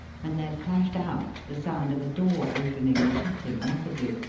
when there clashed out the sound of a door opening and shutting rapidly,